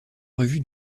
revue